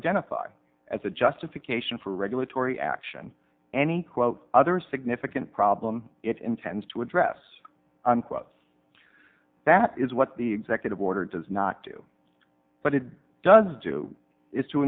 identify as a justification for regulatory action any quote other significant problem it intends to address that is what the executive order does not do but it does do is to